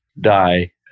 die